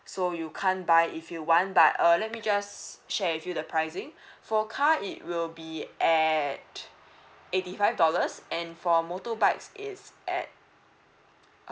so you can't buy if you want but uh let me just share with you the pricing for car it will be at eighty five dollars and for motorbikes is at